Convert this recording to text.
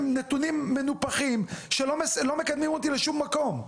נתונים מנופחים שלא מקדמים אותי לשום מקום.